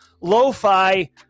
lo-fi